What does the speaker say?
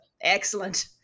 Excellent